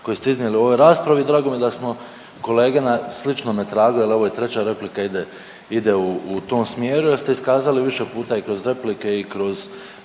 koje ste iznijeli u ovoj raspravi. Drago mi je da smo kolege na sličnome tragu jer ovo je treća replika, ide u tom smjeru jer ste iskazali i više puta i kroz replike i kroz